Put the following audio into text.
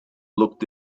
looked